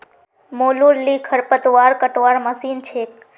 मोलूर ली खरपतवार कटवार मशीन छेक